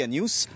News